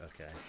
Okay